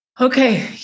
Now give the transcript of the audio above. Okay